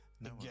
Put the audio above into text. Again